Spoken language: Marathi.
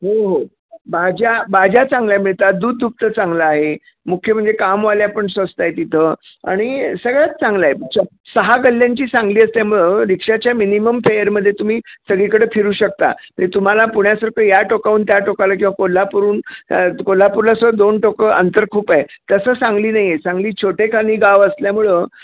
हो हो भाज्या भाज्या चांगल्या मिळतात दूध दुभतं चांगलं आहे मुख्य म्हणजे कामवाल्या पण स्वस्त आहेत इथं आणि सगळंच चांगलं आहे सहा गल्ल्यांची सांगली असल्यामुळं रिक्षाच्या मिनिमम फेअरमध्ये तुम्ही सगळीकडं फिरू शकता ते तुम्हाला पुण्यासारखं या टोकाहून त्या टोकाला किंवा कोल्हापूरहून कोल्हापूरला असं दोन टोकं अंतर खूप आहे तसं सांगली नाही आहे सांगली छोटेखानी गाव असल्यामुळं